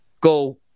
go